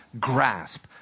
Grasp